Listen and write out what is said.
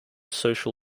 social